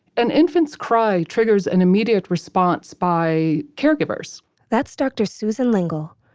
an infant's cry triggers an immediate response by caregivers that's dr. susan lingle,